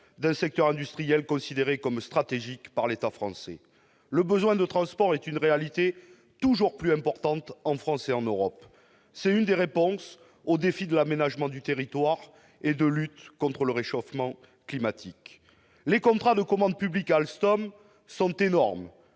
d'un secteur industriel considéré comme stratégique par l'État français. Le besoin de transport est une réalité toujours plus importante, en France et en Europe. Le transport ferroviaire est l'une des réponses aux défis de l'aménagement du territoire et de la lutte contre le réchauffement climatique. Les contrats de commande publique signés par Alstom sont énormes.